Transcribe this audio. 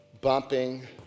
bumping